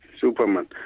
Superman